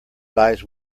lies